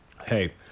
hey